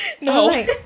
No